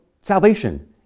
salvation